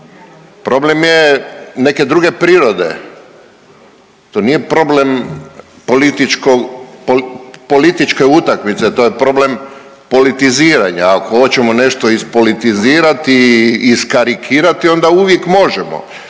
Problem je neke druge prirode. To nije problem političke utakmice, to je problem politiziranja. Ako hoćemo nešto ispolitizirati i iskarikirati onda uvijek možemo.